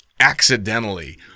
accidentally